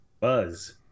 buzz